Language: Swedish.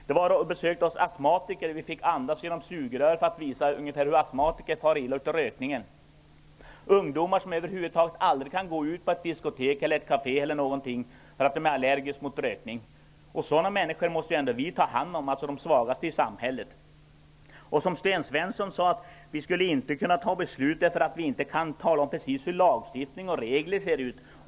Vi har själva fått andas genom sugrör för att förstå hur astmatiker far illa av rökningen. Det finns ungdomar som aldrig kan gå ut på ett diskotek eller ett kafé för att de är allergiska mot rökning. Sådana människor måste vi ta hand om, de svagaste i samhället. Sten Svensson sade att vi inte skulle kunna fatta beslut därför att vi inte kan tala om precis hur lagstiftning och regler ser ut.